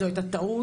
זו הייתה טעות,